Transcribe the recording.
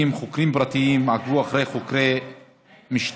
שלפיהם חוקרים פרטיים עקבו אחרי חוקרי משטרה,